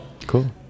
Cool